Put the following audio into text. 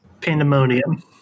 Pandemonium